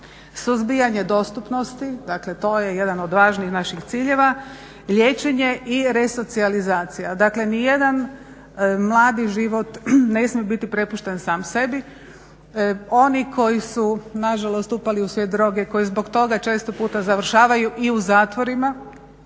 suzbijanje dostupnosti, dakle to je jedan od važnih naših ciljeva, liječenje i resocijalizacija. Dakle ni jedan mladi život ne smije biti prepušten sam sebi. Oni koji su nažalost upali u svijet droge, koji zbog toga često puta završavaju i u zatvorima